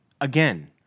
again